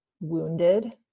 wounded